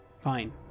Fine